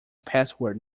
password